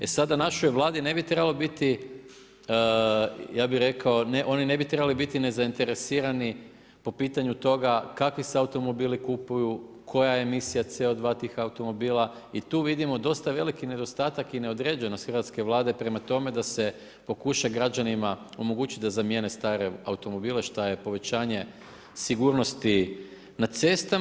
E sada našoj Vladi ne bi trebalo biti, ja bih rekao, oni ne bi trebali biti nezainteresirani po pitanju toga kakvi se automobili kupuju, koja je misija CO2 tih automobila i tu vidimo dosta veliki nedostatak i neodređenost hrvatske Vlade prema tome da se pokuša građanima omogućiti da zamijene stare automobile šta je povećanje sigurnosti na cestama.